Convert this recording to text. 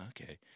okay